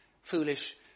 foolish